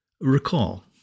Recall